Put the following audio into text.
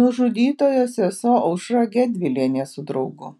nužudytojo sesuo aušra gedvilienė su draugu